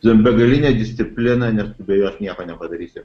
begalinė disciplina nes tu be jos nieko nepadarysi